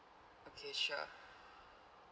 okay sure